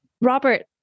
Robert